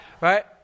right